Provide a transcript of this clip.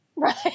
Right